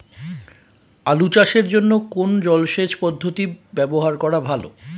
আলু চাষের জন্য কোন জলসেচ পদ্ধতি ব্যবহার করা ভালো?